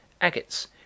agates